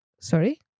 sorry